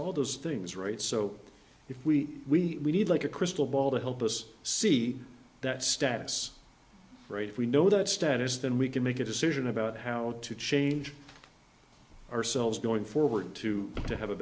all those things right so if we need like a crystal ball to help us see that status right if we know that status then we can make a decision about how to change ourselves going forward to to have a